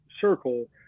circle